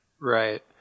right